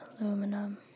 Aluminum